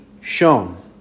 shown